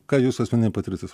ką jūsų asmeninė patirtis